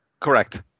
Correct